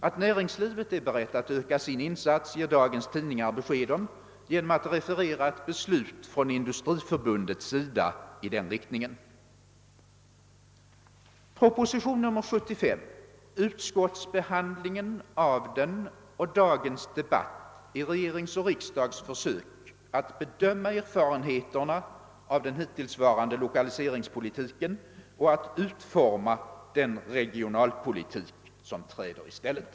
Att näringslivet är berett att öka sin insats ger dagens tidningar besked om genom att referera ett beslut av Industriförbundet i den riktningen. Proposition nr 75, utskottsbehandlingen av denna och dagens debatt är regeringens och riksdagens försök att bedöma erfarenheterna av den hittillsvarande lokaliseringspolitiken och att utforma den regionalpolitik som träder i stället.